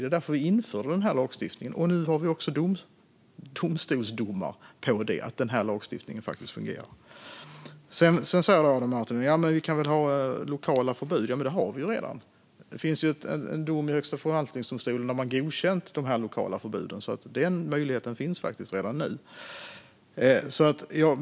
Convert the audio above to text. Det var därför vi införde den här lagstiftningen, och nu har vi domstolsdomar som visar att lagstiftningen faktiskt fungerar. Sedan säger Adam Marttinen: Ja, men vi kan väl ha lokala förbud? Ja, men det har vi ju redan. Det finns en dom i Högsta förvaltningsdomstolen där man godkänt de lokala förbuden, så den möjligheten finns faktiskt redan nu.